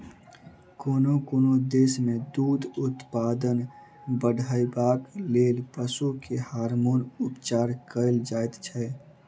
कोनो कोनो देश मे दूध उत्पादन बढ़ेबाक लेल पशु के हार्मोन उपचार कएल जाइत छै